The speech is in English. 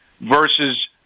versus